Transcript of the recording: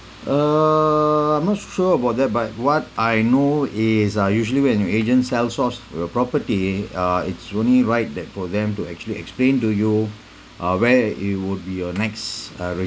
uh I'm not sure about that but what I know is uh usually when your agent sells source a property uh it's only right that for them to actually explain to you uh where it would be your next uh